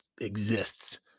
exists